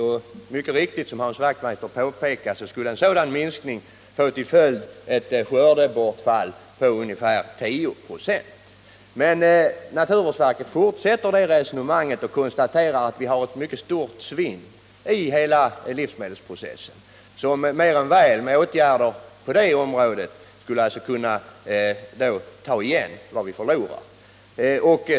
Och mycket riktigt, som Hans Wachtmeister påpekar, skulle en sådan minskning få till följd ett skördebortfall på ungefär 10 96. Men naturvårdsverket fortsätter det resonemanget och konstaterar att vi har ett mycket stort svinn i hela livsmedelsprocessen, och med åtgärder på det området skulle vi mer än väl kunna ta igen vad vi förlorar.